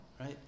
Right